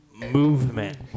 Movement